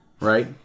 right